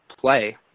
play